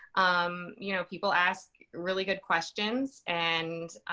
um, you know, people ask really good questions. and,